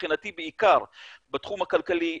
מבחינתי בעיקר בתחום הכלכלי,